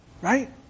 Right